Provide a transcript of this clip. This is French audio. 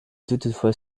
toutefois